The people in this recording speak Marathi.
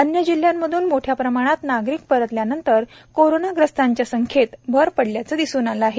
अन्य जिल्ह्यांमधून मोठ्या प्रमाणात नागरिक परातल्यानंतर कोरोनाग्रस्तांच्या संख्येत भर पडल्याचं दिसून आलं आहे